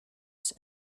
ist